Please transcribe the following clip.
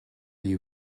you